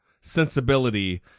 sensibility